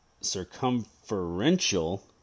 circumferential